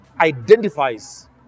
identifies